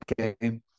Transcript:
Okay